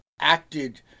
acted